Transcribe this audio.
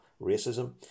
racism